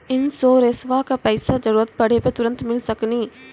इंश्योरेंसबा के पैसा जरूरत पड़े पे तुरंत मिल सकनी?